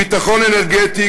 ביטחון אנרגטי,